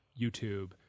YouTube